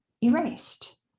erased